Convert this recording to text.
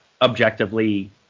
objectively